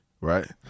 right